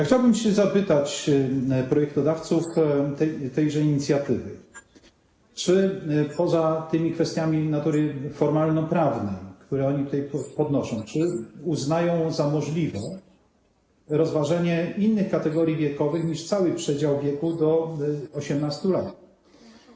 Chciałbym zapytać projektodawców tejże inicjatywy, czy poza tymi kwestiami natury formalnoprawnej, które oni tutaj podnoszą, uznają za możliwe rozważenie innych kategorii wiekowych niż cały przedział wieku do 18 lat.